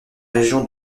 région